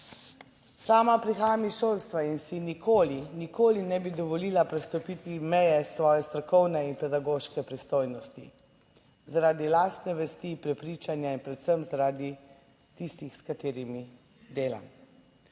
Sama prihajam iz šolstva in si nikoli, nikoli ne bi dovolila prestopiti meje svoje strokovne in pedagoške pristojnosti zaradi lastne vesti, prepričanja in predvsem zaradi tistih, s katerimi delam.